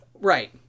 Right